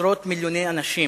עשרות מיליוני אנשים,